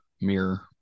mirror